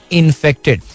infected